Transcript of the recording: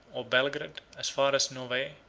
or belgrade, as far as novae,